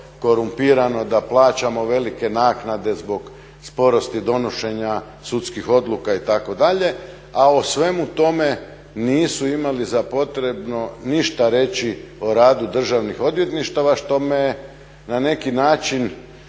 korumpirano, da plaćamo velike naknade zbog sporosti donošenja sudskih odluka itd., a o svemu tome nisu imali za potrebno ništa reći o radu državnih odvjetništava što me na neki način